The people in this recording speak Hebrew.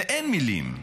ואין מילים,